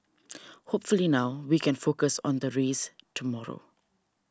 hopefully now we can focus on the race tomorrow